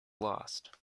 lost